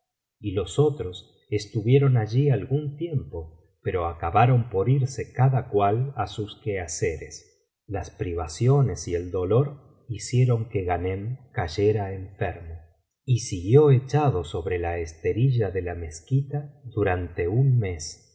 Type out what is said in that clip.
y los otros estuvieron allí algún tiempo pero acabaron por irse cada cual á sus quehaceres las privaciones y el dolor hicieron que ghanem cayera enfermo y siguió echado sobre la esterilla de la mezquita durante un mes